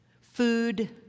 Food